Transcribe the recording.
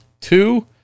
Two